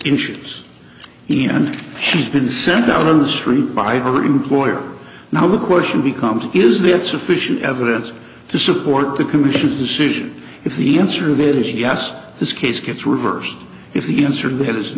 inches even she's been sent down on the street by her employer now the question becomes is that sufficient evidence to support the commission's decision if the answer is yes this case gets reversed if the answer to th